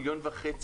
מיליון וחצי,